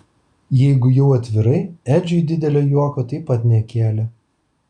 jeigu jau atvirai edžiui didelio juoko taip pat nekėlė